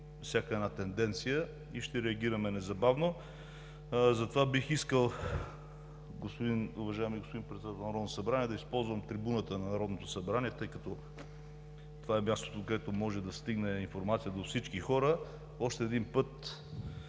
всяка една тенденция и ще реагираме незабавно. Уважаеми господин Председател, бих искал да използвам трибуната на Народното събрание, тъй като това е мястото, от което може да стигне информация до всички хора, още един път